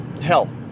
hell